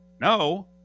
no